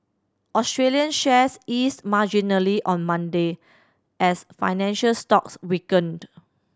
Australian shares eased marginally on Monday as financial stocks weakened